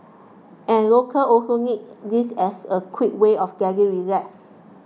and locals also need this as a quick way of getting relaxed